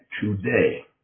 today